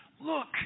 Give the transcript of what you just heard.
Look